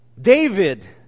David